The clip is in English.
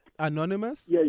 Anonymous